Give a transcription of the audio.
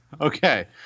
Okay